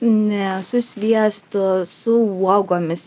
ne su sviestu su uogomis